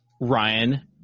Ryan